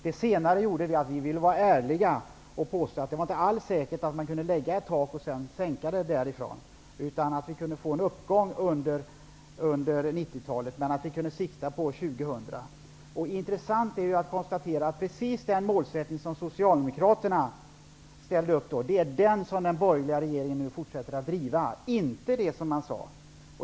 Det senare gjorde att vi ville vara ärliga och sade att det inte alls var säkert att man kunde fastställa ett tak och sedan sänka det, utan att vi kunde få en uppgång under 1990-talet och sikta på 2000. Intressant är det att konstatera att precis den målsättning som Socialdemokraterna då ställde upp för är den som den borgerliga regeringen fortsätter att driva, inte det som man sade.